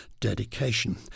Dedication